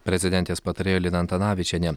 prezidentės patarėja lina antanavičienė